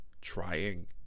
trying